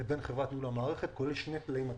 לבין חברת ניהול המערכת כולל שני תנאים מתלים: